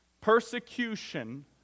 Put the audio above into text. Persecution